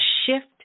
shift